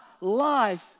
life